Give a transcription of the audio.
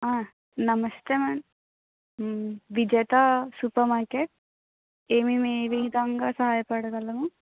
నమస్తే మే Vijetha super market ఏమేమి విధంగా సహాయపడగలము